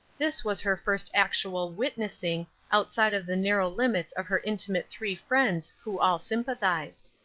this was her first actual witnessing outside of the narrow limits of her intimate three friends who all sympathized.